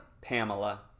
Pamela